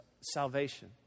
salvation